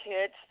kids